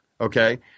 okay